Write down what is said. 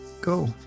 Go